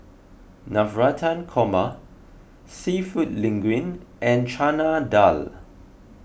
Navratan Korma Seafood Linguine and Chana Dal